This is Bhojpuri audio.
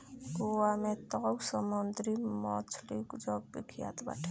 गोवा के तअ समुंदरी मछली जग विख्यात बाटे